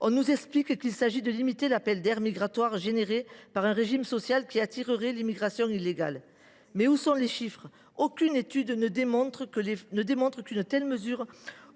On nous explique qu’il s’agit de limiter l’appel d’air migratoire produit par un régime social qui attirerait l’immigration illégale. Mais où sont les chiffres qui le prouvent ? Aucune étude ne démontre qu’une telle mesure